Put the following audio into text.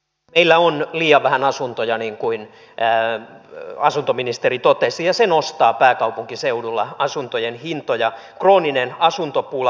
meillä on liian vähän asuntoja niin kuin asuntoministeri totesi ja se nostaa pääkaupunkiseudulla asuntojen hintoja krooninen asuntopula